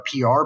PR